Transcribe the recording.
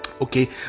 okay